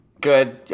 good